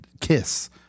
kiss